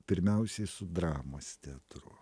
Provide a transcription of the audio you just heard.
pirmiausiai su dramos teatru